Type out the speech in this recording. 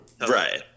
Right